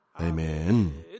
Amen